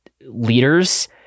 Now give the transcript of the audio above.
leaders